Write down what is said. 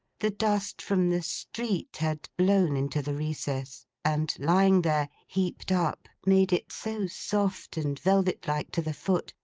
the dust from the street had blown into the recess and lying there, heaped up, made it so soft and velvet-like to the foot,